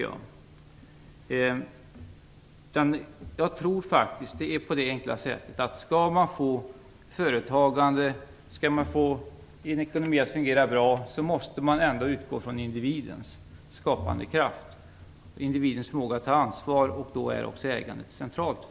Jag tror faktiskt att om man skall få till stånd företagande och skall få en ekonomi att fungera bra, måste man helt enkelt utgå från individens skapande kraft och förmåga att ta ansvar, och för individen är ägandet då centralt.